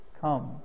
Come